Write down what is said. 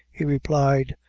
he replied,